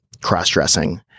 cross-dressing